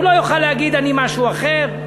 הוא לא יוכל להגיד: אני משהו אחר.